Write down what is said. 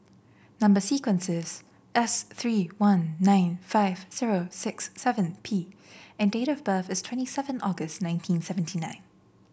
number sequence is S three one nine five zero six seven P and date of birth is twenty seven August nineteen seventy nine